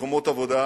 למקומות עבודה.